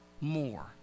more